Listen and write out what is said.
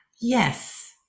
Yes